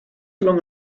along